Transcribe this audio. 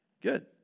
Good